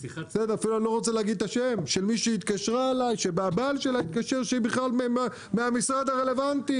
אני לא רוצה להגיד את השם שהבעל שלה התקשר מהמשרד הרלוונטי,